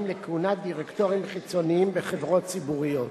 לכהונת דירקטורים חיצוניים בחברות ציבוריות.